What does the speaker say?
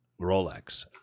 Rolex